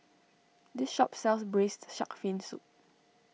this shop sells Braised Shark Fin Soup